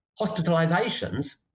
hospitalizations